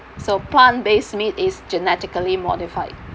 so plant based meat is genetically modified